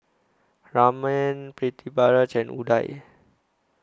Raman Pritiviraj and Udai